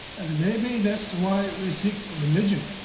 and maybe that's why we seek religion.